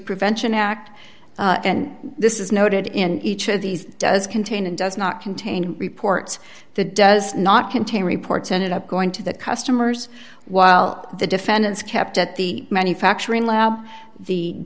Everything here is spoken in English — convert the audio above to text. prevention act and this is noted in each of these does contain and does not contain reports that does not contain reports ended up going to the customers while the defendants kept at the manufacturing lab the